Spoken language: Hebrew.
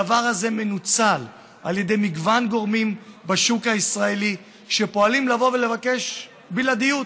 הדבר הזה מנוצל על ידי מגוון גורמים בשוק הישראלי שפועלים לבקש בלעדיות.